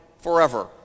forever